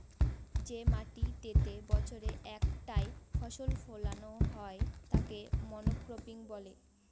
যে মাটিতেতে বছরে একটাই ফসল ফোলানো হয় তাকে মনোক্রপিং বলে